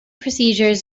procedures